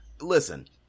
Listen